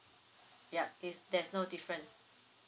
yup it's there's no difference